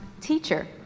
teacher